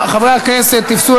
כאן,